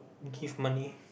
give money